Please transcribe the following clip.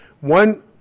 one